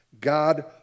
God